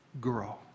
Grow